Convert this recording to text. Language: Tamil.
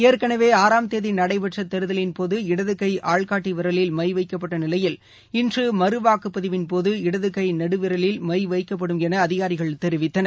ஏற்கனவே தேதி நடைபெற்ற தேர்தலின்போது இடது கை ஆள்காட்டி விரலில் மை வைக்கப்பட்ட நிலையில் இன்று மறுவாக்கப்பதிவின்போது இடது கை நடு விரலில் மை வைக்கப்படும் என அதிகாரிகள் தெரிவித்தனர்